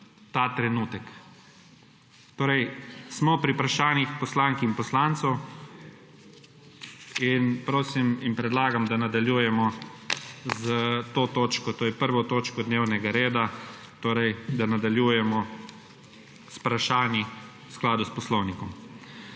ta trenutek. Smo pri vprašanjih poslank in poslancev in prosim in predlagam, da nadaljujemo s to točko, to je 1. točko dnevnega reda, da nadaljujemo s vprašanji v skladu s poslovnikom.